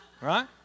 Right